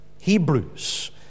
Hebrews